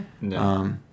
No